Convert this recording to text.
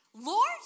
Lord